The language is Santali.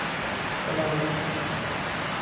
ᱪᱟᱞᱟᱣ ᱞᱮᱱᱟ